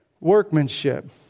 workmanship